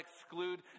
exclude